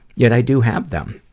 yet i do have them.